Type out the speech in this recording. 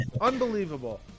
Unbelievable